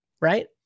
right